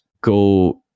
go